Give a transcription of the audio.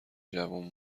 جوون